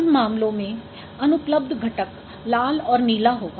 उन मामलों में अनुपलब्ध घटक लाल और नीला होगा